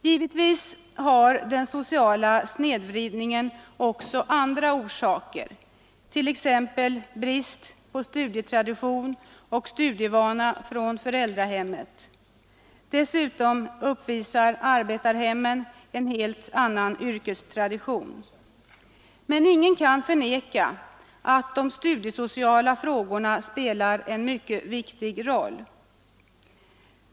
Givetvis har den sociala snedvridningen också andra orsaker, t.ex. brist på studietradition och studievana i föräldrahemmet. Dessutom uppvisar arbetarhemmen en helt annan yrkestradition. Men ingen kan förneka att de studiesociala frågorna spelar en mycket viktig roll.